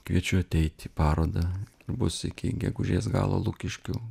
kviečiu ateit į parodą bus iki gegužės galo lukiškių